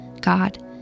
God